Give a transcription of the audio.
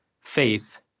faith